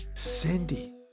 cindy